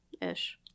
ish